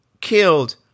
killed